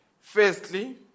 Firstly